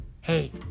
Hey